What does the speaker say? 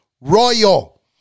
royal